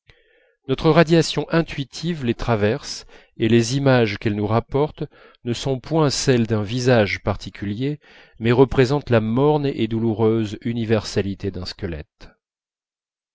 notre radiation intuitive les traverse et les images qu'elle nous rapporte ne sont point celles d'un visage particulier mais représentent la morne et douloureuse universalité d'un squelette